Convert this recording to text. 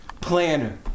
planner